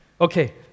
Okay